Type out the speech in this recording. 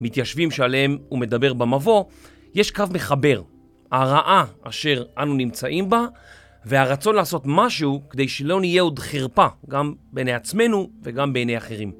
מתיישבים שעליהם הוא מדבר במבוא, יש קו מחבר. הרעה אשר אנו נמצאים בה, והרצון לעשות משהו כדי שלא נהיה עוד חרפה, גם בעיני עצמנו וגם בעיני אחרים.